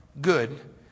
good